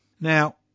Now